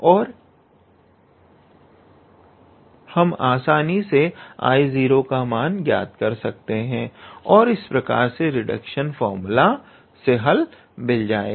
और तब हम आसानी से 𝐼0 का मान ज्ञात कर सकते हैं और इस प्रकार से रिडक्शन फार्मूला से हल मिल जाएगा